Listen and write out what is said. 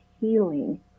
healing